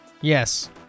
Yes